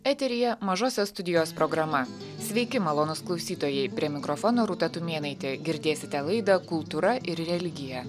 eteryje mažosios studijos programa sveiki malonūs klausytojai prie mikrofono rūta tumėnaitė girdėsite laidą kultūra ir religija